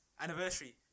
Anniversary